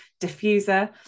diffuser